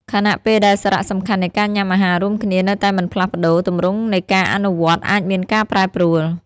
ខណៈពេលដែលសារៈសំខាន់នៃការញ៉ាំអាហាររួមគ្នានៅតែមិនផ្លាស់ប្តូរ ទម្រង់នៃការអនុវត្តអាចមានការប្រែប្រួល។